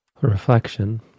reflection